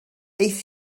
aeth